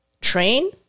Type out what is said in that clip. train